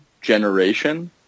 generation